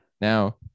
Now